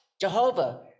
Jehovah